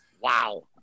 wow